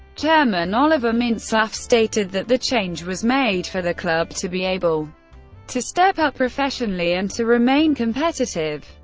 chairman oliver mintzlaff stated that the change was made for the club to be able to step up professionally and to remain competitive.